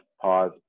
pause